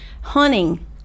Hunting